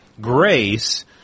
Grace